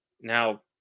Now